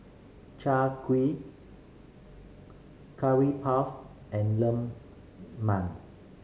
Chai Kuih Curry Puff and lemang